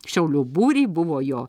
šiaulio būrį buvo jo